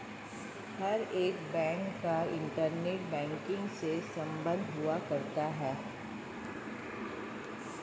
हर एक बैंक का internet banking से सम्बन्ध हुआ करता है